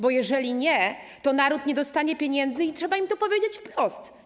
Bo jeżeli nie, to naród nie dostanie pieniędzy i trzeba to powiedzieć wprost: